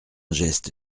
geste